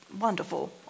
wonderful